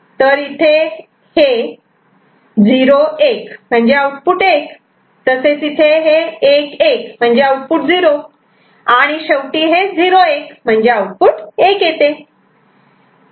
तर इथे हे 0 1 म्हणजे आउटपुट 1 तसेच इथे हे 1 1 म्हणजे आउटपुट 0 आणि शेवटी हे 0 1 म्हणजेच आउटपुट '1' येते